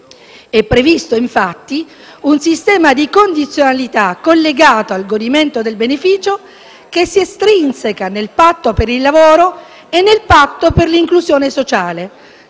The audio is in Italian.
È previsto infatti un sistema di condizionalità collegato al godimento del beneficio che si estrinseca nel Patto per il lavoro e nel Patto per l'inclusione sociale.